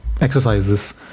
exercises